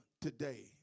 today